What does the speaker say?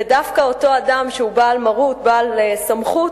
ודווקא אותו אדם שהוא בעל מרות, בעל סמכות,